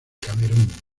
camerún